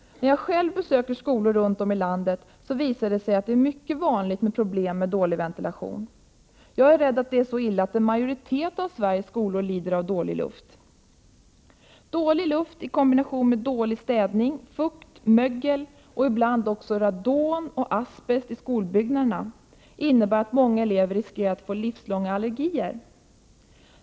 När jag själv besökt skolor runt om i landet har det visat sig att det är mycket vanligt med problem med dålig ventilation. Jag är rädd för att en majoritet av Sveriges skolor har en dålig luft. Dålig luft i kombination med dålig städning och fukt, mögel och ibland även radon och asbest i skolbyggnaderna, innebär att många elever riskerar att få livslånga allergier.